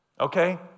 okay